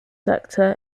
sector